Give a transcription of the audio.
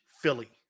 Philly